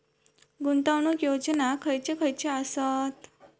गुंतवणूक योजना खयचे खयचे आसत?